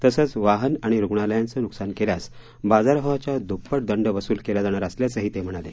तसंच वाहन आणि रुग्णालयाचं नुकसान केल्यास बाजारभावाच्या द्प्पट दंड वसूल केला जाणार असल्याचंही ते म्हणाले